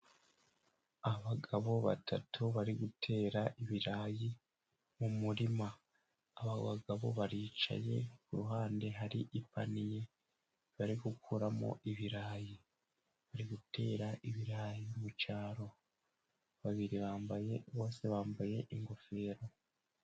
Abagabo batatu bari gutera ibirayi mu murima, aba bagabo baricaye kuruhande hari ipaniye bari gukuramo ibirayi, bari gutera ibirayi mu cyaro, babiri bambaye bose bambaye ingofero.